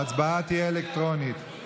ההצבעה תהיה אלקטרונית.